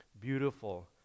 beautiful